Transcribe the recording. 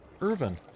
Irvin